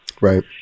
Right